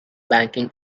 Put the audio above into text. banking